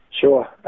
Sure